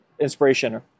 inspiration